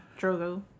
Drogo